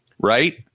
Right